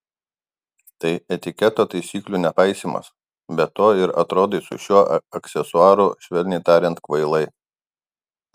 tai etiketo taisyklių nepaisymas be to ir atrodai su šiuo aksesuaru švelniai tariant kvailai